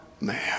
man